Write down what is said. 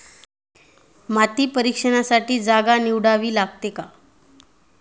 माती परीक्षणासाठी जागा निवडावी लागते का?